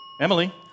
Emily